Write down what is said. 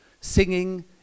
singing